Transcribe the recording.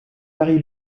marie